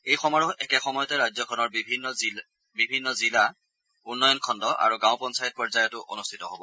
এই সমাৰোহ একেসময়তে ৰাজ্যখনৰ বিভিন্ন জিলা উন্নয়ন খণ্ড আৰু গাঁও পঞ্চায়ত পৰ্যায়তো অনুষ্ঠিত হব